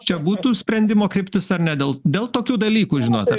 čia būtų sprendimo kryptis ar ne dėl dėl tokių dalykų žinote